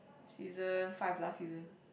she's uh five plus season